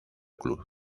club